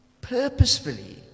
purposefully